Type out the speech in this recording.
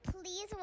please